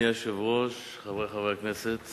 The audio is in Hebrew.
אדוני היושב-ראש, חברי חברי הכנסת,